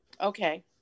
Okay